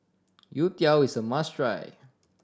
youtiao is a must try